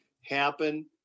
happen